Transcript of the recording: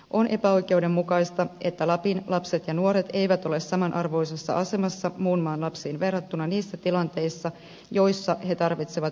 on epäoikeudenmukaista että lapin lapset ja nuoret eivät ole samanarvoisessa asemassa muun maan lapsiin verrattuna niissä tilanteissa joissa he tarvitsevat psykiatrista apua